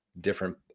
different